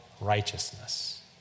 righteousness